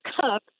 cup